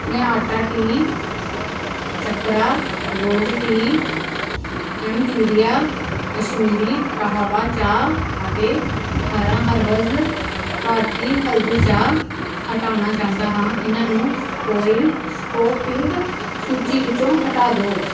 ਮੈਂ Tata tea Chakra gold tea Imperia Kashmiri kahwa ਚਾਹ ਅਤੇ ਅਠਾਰ੍ਹਾਂ ਹਰਬਜ਼ ਭਾਰਤੀ ਹਲਦੀ ਚਾਹ ਹਟਾਉਣਾ ਚਾਹੁੰਦਾ ਹਾਂ ਇਹਨਾਂ ਨੂੰ ਸਪੋਈਲ ਸਪੋਪਿੰਗ ਸੂਚੀ ਵਿੱਚੋਂ ਹਟਾ ਦਿਓ